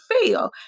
feel